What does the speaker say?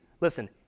listen